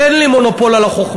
אין לנו מונופול על החוכמה.